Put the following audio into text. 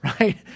Right